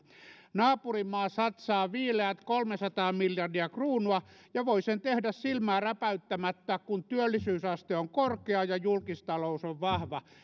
naapurimaa satsaa viileät kolmesataa miljardia kruunua ja voi sen tehdä silmää räpäyttämättä kun työllisyysaste on korkea ja julkistalous on vahva